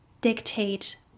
dictate